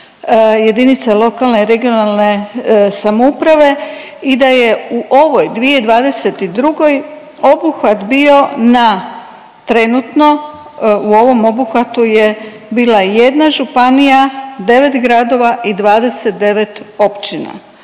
jedinica lokalne i regionalne samouprave i da je u ovoj 2022. obuhvat bio na trenutno u ovom obuhvatu je bila jedna županija, 9 gradova i 29 općina,